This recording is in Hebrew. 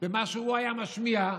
שלך